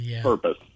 purpose